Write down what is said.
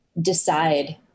decide